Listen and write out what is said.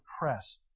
press